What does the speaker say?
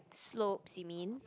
slopes you mean